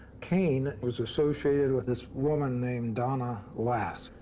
kane was associated with this woman named donna lass.